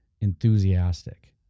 enthusiastic